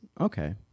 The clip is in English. okay